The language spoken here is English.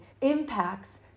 impacts